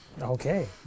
Okay